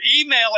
email